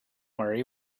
worry